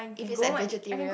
if it's like vegetarian